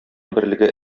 берлеге